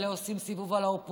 אלה עושים סיבוב על האופוזיציה,